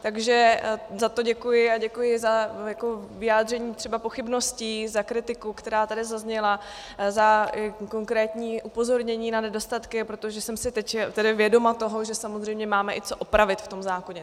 Takže za to děkuji a děkuji za vyjádření třeba pochybností, za kritiku, která tady zazněla, i za konkrétní upozornění na nedostatky, protože jsem si teď tedy vědoma toho, že samozřejmě máme i co opravit v tom zákoně.